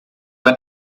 ein